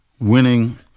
winning